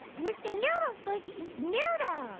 mr. noodle's going to eat noodles.